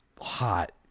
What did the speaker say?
hot